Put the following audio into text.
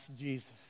Jesus